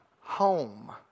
home